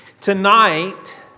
Tonight